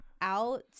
out